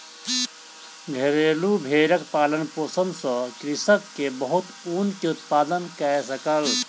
घरेलु भेड़क पालन पोषण सॅ कृषक के बहुत ऊन के उत्पादन कय सकल